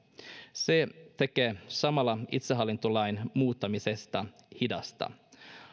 se tekee samalla itsehallintolain muuttamisesta hidasta